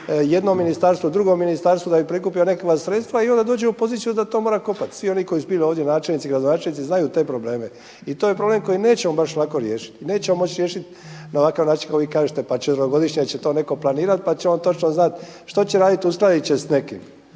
jednom ministarstvu, drugom ministarstvu da bi prikupio nekakva sredstva i onda dođe u poziciju da to mora kopati. Svi oni koji su bili ovdje načelnici, gradonačelnici znaju te probleme. I to je problem koji nećemo baš lako riješiti i nećemo moći riješiti na ovakav način kako vi kažete pa četverogodišnja će to netko planirati, pa će on točno znati što će raditi, uskladit će sa nekim.